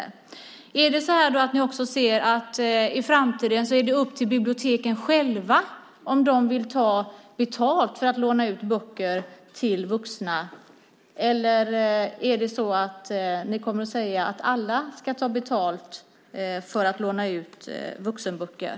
Blir det i framtiden upp till biblioteken själva om de vill ta betalt för att låna ut böcker till vuxna eller inte, eller kommer ni att säga att alla ska ta betalt för att låna ut vuxenböcker?